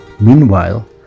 Meanwhile